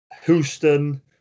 Houston